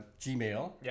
Gmail